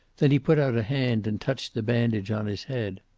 then he put out a hand and touched the bandage on his head.